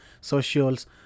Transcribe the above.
socials